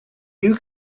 you